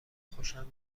خوشم